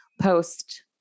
post